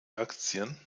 aktien